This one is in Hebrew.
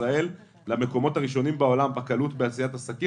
ישראל למקומות הראשונים בעולם בקלות בעשיית עסקים.